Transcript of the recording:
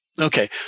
Okay